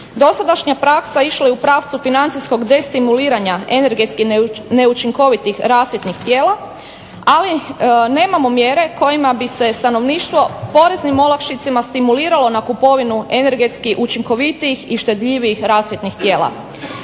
Dosadašnja praksa je išla u pravcu financijskog destimuliranja energetski neučinkovitih rasvjetnih tijela, ali nemamo mjere kojima bi se stanovništvo poreznim olakšicama stimuliralo na kupovinu energetski učinkovitijih i štedljivijih rasvjetnih tijela.